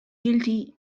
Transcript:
guilty